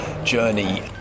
journey